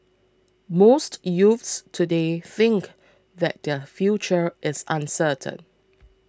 most youths today think that their future is uncertain